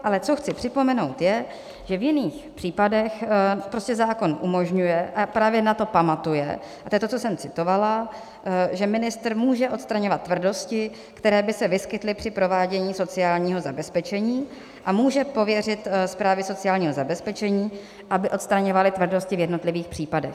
Ale co chci připomenout, je, že v jiných případech prostě zákon umožňuje a právě na to pamatuje a to je to, co jsem citovala že ministr může odstraňovat tvrdosti, které by se vyskytly při provádění sociálního zabezpečení, a může pověřit správy sociálního zabezpečení, aby odstraňovaly tvrdosti v jednotlivých případech.